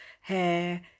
hair